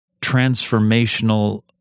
transformational